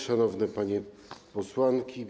Szanowne Panie Posłanki!